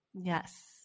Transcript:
Yes